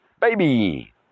Baby